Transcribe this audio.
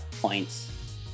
points